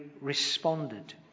responded